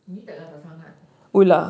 ni tak tak sangat